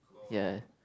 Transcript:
ya